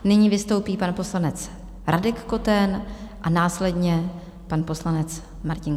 Nyní vystoupí pan poslanec Radek Koten a následně pan poslanec Martin Kukla.